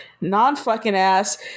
non-fucking-ass